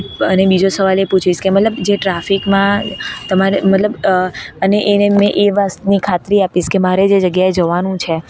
અને બીજો સવાલ એ પૂછીશ કે મતલબ જે ટ્રાફિકમાં તમારે મતલબ અને એને મેં એ વાંસની ખાતરી આપીશ કે મારે જે જગ્યાએ જવાનું છે